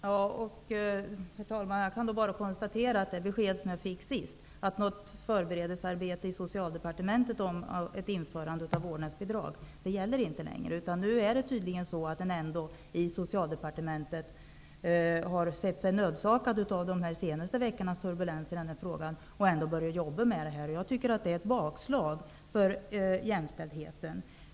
Herr talman! Jag kan då bara konstatera att det besked som jag fick senast, att något förberedelsearbete i Socialdepartementet om ett införande av ett vårdnadsbidrag inte förkommer, inte gäller längre. Nu har tydligen Socialdepartementet efter de senaste veckornas turbulens i denna fråga sett sig nödsakat att börja arbeta med detta. Jag tycker att det är ett bakslag för jämställdheten.